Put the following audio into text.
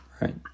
Right